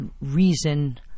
reason